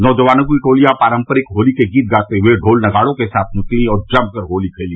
नौजवानों की टोलियां पारम्परिक होली के गीत गाते हुए ढोल नगाडों के साथ निकलीं और जमकर होली खेली